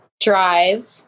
drive